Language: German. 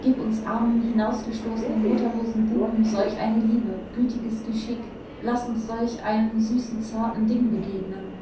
gib uns armen hinausgestoßenen mutterlosen buben solch eine liebe gütiges geschick laß uns solch einem süßen zarten ding begegnen